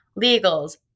legals